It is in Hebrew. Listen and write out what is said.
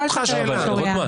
הכול צריך להיות משוריין.